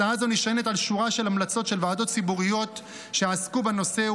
הצעה זו נשענת על שורה של המלצות של ועדות ציבוריות שעסקו בנושא,